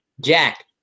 Jack